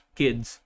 kids